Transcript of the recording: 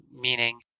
meaning